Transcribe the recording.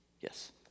Yes